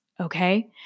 Okay